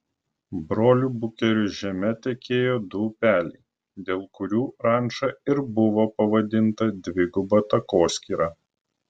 brolių bukerių žeme tekėjo du upeliai dėl kurių ranča ir buvo pavadinta dviguba takoskyra